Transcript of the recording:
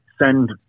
send